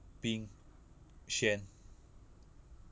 bing xuan